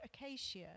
Acacia